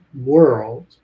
world